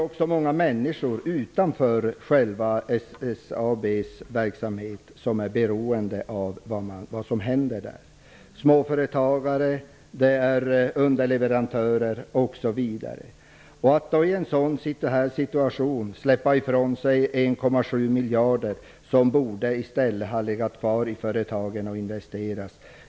Också många människor utanför själva SSAB:s verksamhet är beroende av vad som händer där, småföretagare, underleverantörer osv. Frågan är om det är bristande omdöme eller intresse att i en sådan situation släppa ifrån sig 1,7 miljarder kronor som borde få finnas kvar i företagen för investeringar.